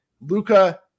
Luca